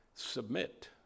Submit